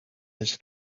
his